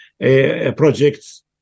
projects